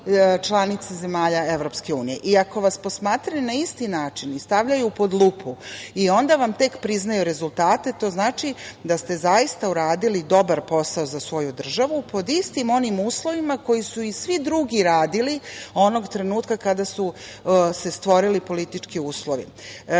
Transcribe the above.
članica zemalja EU. Ako vas posmatraju na isti način i stavljaju pod lupu i onda vam tek priznaju rezultate to znači da ste zaista uradili dobar posao za svoju državu pod istim onim uslovima kako su i svi drugi radili onog trenutka kada su se stvorili politički uslovi. Srbija